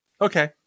Okay